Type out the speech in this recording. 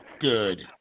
good